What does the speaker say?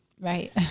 Right